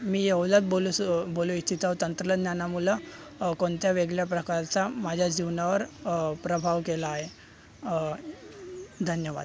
मी एवलंच बोलूसु बोलू इच्छितो तंत्रज्ञानामुळं कोणत्या वेगळ्या प्रकारचा माझ्या जीवनावर प्रभाव केला आहे धन्यवाद